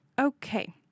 okay